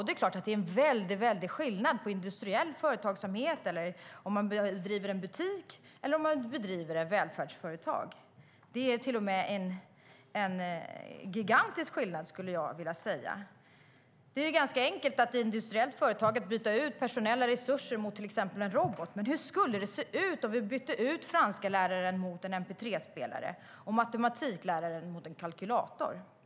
Det är klart att det är en väldig skillnad på industriell företagsamhet, om man driver en butik eller om man driver ett välfärdsföretag. Det är till och med en gigantisk skillnad, skulle jag vilja säga. Det är ganska enkelt att i ett industriellt företag byta ut personella resurser mot till exempel en robot. Men hur skulle det se ut om vi bytte ut franskläraren mot en mp3-spelare och matematikläraren mot en kalkylator?